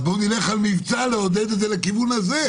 אז בואו נלך למבצע כדי לעודד הליכה לכיוון הזה.